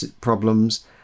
problems